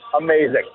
amazing